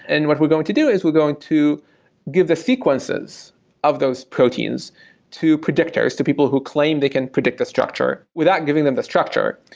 and what we're going to do is we're going to give the sequences of those proteins to predictors, to people who claim they can predict the structure without giving them the structure.